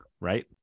Right